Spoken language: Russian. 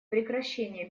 прекращение